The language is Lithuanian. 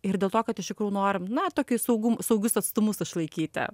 ir dėl to kad iš tikrųjų norim na tokį saugum saugius atstumus išlaikyti